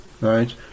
right